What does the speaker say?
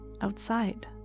outside